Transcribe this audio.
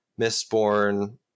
Mistborn